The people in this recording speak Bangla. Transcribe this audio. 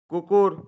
কুকুর